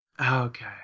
Okay